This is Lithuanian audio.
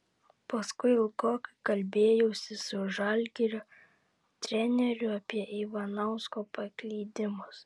paskui ilgokai kalbėjausi su žalgirio treneriu apie ivanausko paklydimus